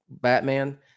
Batman